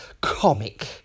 comic